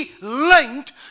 linked